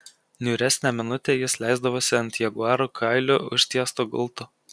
niūresnę minutę jis leisdavosi ant jaguarų kailiu užtiesto gulto